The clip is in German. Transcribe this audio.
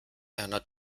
einer